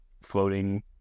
floating